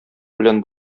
белән